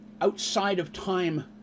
outside-of-time